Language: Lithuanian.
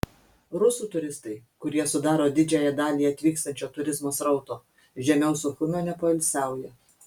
rusų turistai kurie sudaro didžiąją dalį atvykstančio turizmo srauto žemiau suchumio nepoilsiauja